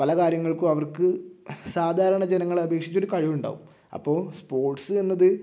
പല കാര്യങ്ങൾക്കും അവർക്ക് സാധാരണ ജനങ്ങളെ അപേക്ഷിച്ച് ഒരു കഴിവുണ്ടാകും അപ്പോൾ സ്പോർട്സ് എന്നത്